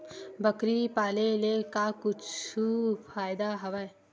बकरी पाले ले का कुछु फ़ायदा हवय?